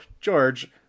George